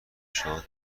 شاد